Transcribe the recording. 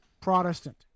Protestant